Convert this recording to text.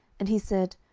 and he said,